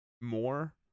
more